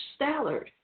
Stallard